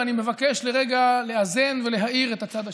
ואני מבקש לרגע לאזן ולהאיר את הצד השני.